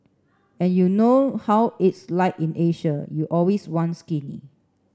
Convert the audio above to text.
and you know how it's like in Asia you always want skinny